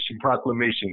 proclamation